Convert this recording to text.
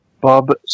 Bob